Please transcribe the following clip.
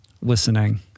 listening